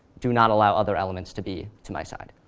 do not allow other elements to be to my side.